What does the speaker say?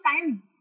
time